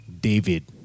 David